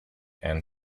and